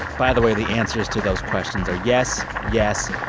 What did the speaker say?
by the way, the answers to those questions are yes, yes,